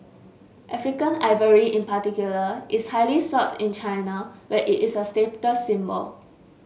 African ivory in particular is highly sought in China where it is a status symbol